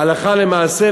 הלכה למעשה,